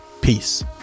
Peace